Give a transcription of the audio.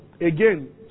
again